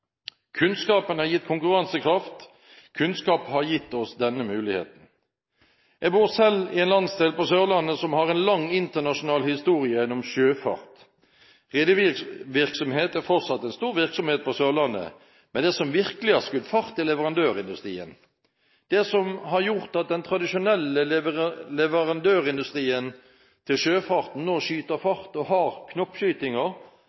Kunnskapen har gitt konkurransekraft, kunnskap har gitt oss denne muligheten. Jeg bor selv i en landsdel – Sørlandet – som har en lang internasjonal historie gjennom sjøfart. Rederivirksomhet er fortsatt en stor virksomhet på Sørlandet, men det som virkelig har skutt fart, er leverandørindustrien. Det som har gjort at den tradisjonelle leverandørindustrien til sjøfarten nå skyter